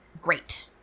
Great